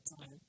time